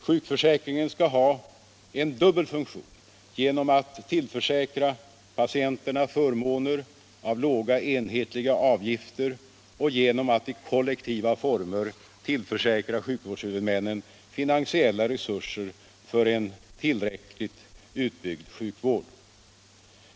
Sjukförsäkringen skall ha en dubbel funktion genom att tillförsäkra patienterna förmåner av låga enhetliga avgifter och genom att i kollektiva former tillförsäkra sjukvårdshuvudmännen finansiella resurser för en tillräckligt utbyggd sjukvård.